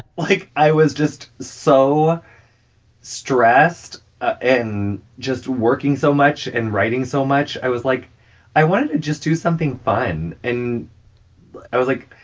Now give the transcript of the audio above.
like, i was just so stressed ah and just working so much and writing so much. i was like i wanted to just do something fun. and i was, like,